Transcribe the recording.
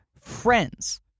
friends